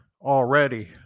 already